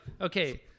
okay